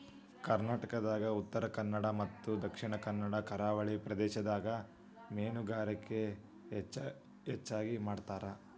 ಕರ್ನಾಟಕದಾಗ ಉತ್ತರಕನ್ನಡ ಮತ್ತ ದಕ್ಷಿಣ ಕನ್ನಡ ಕರಾವಳಿ ಪ್ರದೇಶದಾಗ ಮೇನುಗಾರಿಕೆ ಹೆಚಗಿ ಮಾಡ್ತಾರ